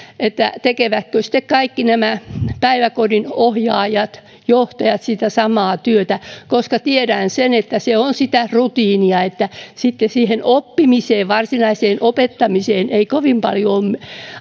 mutta tekevätkö sitten kaikki nämä päiväkodin ohjaajat johtajat sitä samaa työtä tiedän sen että se on sitä rutiinia ja sitten siihen oppimiseen varsinaiseen opettamiseen ei kovin paljon